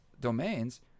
domains